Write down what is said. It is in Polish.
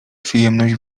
przyjemność